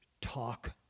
talk